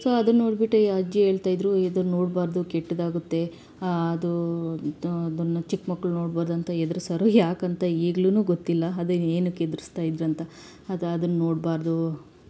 so ಅದನ್ನ ನೋಡ್ಬಿಟ್ಟು ಈ ಅಜ್ಜಿ ಹೇಳ್ತಾ ಇದ್ದರು ಇದನ್ನ ನೋಡಬಾರ್ದು ಕೆಟ್ಟದಾಗುತ್ತೆ ಅದು ದು ಅದನ್ನ ಚಿಕ್ಕ ಮಕ್ಕಳು ನೋಡ್ಬಾರ್ದು ಅಂತ ಹೆದ್ರುಸೋರು ಯಾಕಂತ ಈಗ್ಲು ಗೊತ್ತಿಲ್ಲ ಅದೇ ಏನಕ್ಕೆ ಹೆದರಿಸ್ತಾ ಇದ್ರು ಅಂತ ಅದು ಅದನ್ನ ನೋಡಬಾರ್ದು